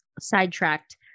sidetracked